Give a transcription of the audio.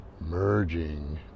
merging